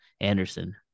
Anderson